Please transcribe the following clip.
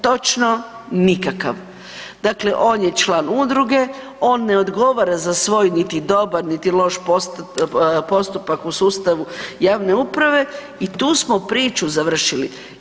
Točno nikakav, dakle on je član udruge, on ne odgovara za svoj niti dobar, niti loš postupak u sustavu javne uprave i tu smo priču završili.